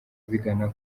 bigana